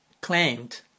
claimed